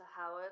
Howard